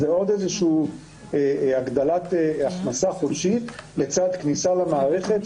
זה איזה שהיא הגדלת הכנסה חודשית לצד כניסה למערכת,